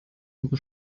unsere